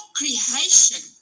creation